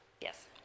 Yes